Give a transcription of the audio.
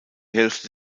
hälfte